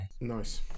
Nice